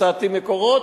מצאתי מקורות.